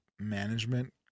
management